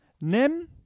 NEM